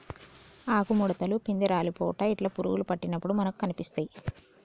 ఆకు ముడుతలు, పిందె రాలిపోవుట ఇట్లా పురుగులు పట్టినప్పుడు మనకు కనిపిస్తాయ్